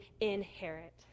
inherit